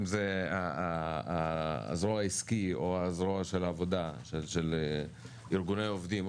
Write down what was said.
אם זה הזרוע העסקית או זרוע העבודה של ארגוני העובדים,